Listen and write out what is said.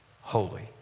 holy